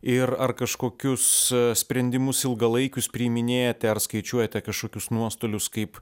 ir ar kažkokius sprendimus ilgalaikius priiminėjate ar skaičiuojate kažkokius nuostolius kaip